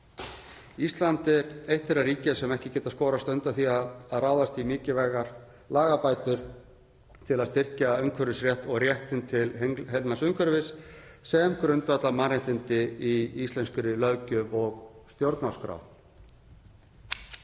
Ísland er eitt þeirra ríkja sem ekki geta skorast undan því að ráðast í mikilvægar lagabætur til að styrkja umhverfisrétt og réttinn til heilnæms umhverfis sem grundvallarmannréttindi í íslenskri löggjöf og stjórnarskrá.